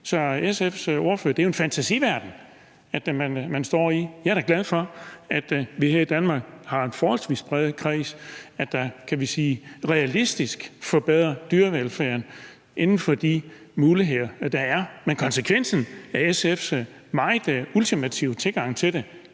SF's ordfører står jo i en fantasiverden. Jeg er da glad for, at vi her i Danmark har en forholdsvis bred kreds, der, kan man sige, realistisk forbedrer dyrevelfærden inden for de muligheder, der er. Men konsekvensen af SF's meget ultimative tilgang til det